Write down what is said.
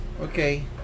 okay